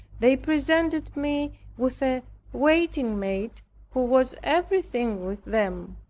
they presented me with a waiting-maid who was everything with them.